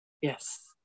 Yes